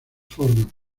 formas